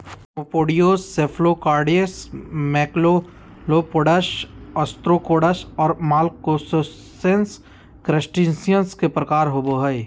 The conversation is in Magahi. रेमिपेडियोस, सेफलोकारिड्स, मैक्सिलोपोड्स, ओस्त्रकोड्स, और मलाकोस्त्रासेंस, क्रस्टेशियंस के प्रकार होव हइ